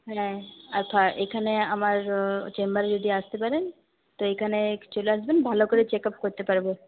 হ্যাঁ আর এখানে আমার চেম্বারে যদি আসতে পারেন তো এইখানে চলে আসবেন ভালো করে চেক আপ করতে পারব